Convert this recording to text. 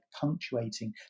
punctuating